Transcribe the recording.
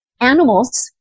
animals